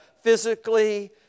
physically